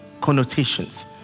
connotations